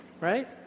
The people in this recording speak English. right